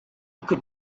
could